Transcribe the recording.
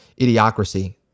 idiocracy